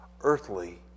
earthly